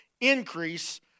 increase